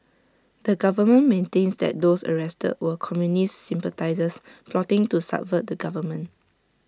the government maintains that those arrested were communist sympathisers plotting to subvert the government